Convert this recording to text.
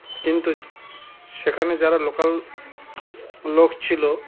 কিন্তু সেখানে যারা লোকাল লোক ছিল